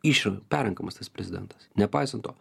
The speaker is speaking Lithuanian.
išrenk parenkamas tas prezidentas nepaisant to